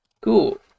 Cool